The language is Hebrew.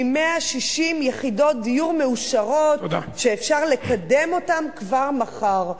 מ-160,000 יחידות דיור מאושרות שאפשר לקדם כבר מחר.